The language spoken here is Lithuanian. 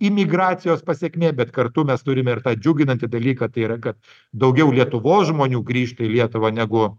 imigracijos pasekmė bet kartu mes turime ir tą džiuginantį dalyką tai yra kad daugiau lietuvos žmonių grįžta į lietuvą negu